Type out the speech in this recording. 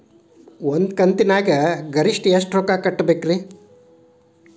ಒಂದ್ ಕಂತಿನ್ಯಾಗ ಗರಿಷ್ಠ ಎಷ್ಟ ರೊಕ್ಕ ಕಟ್ಟಬೇಕ್ರಿ?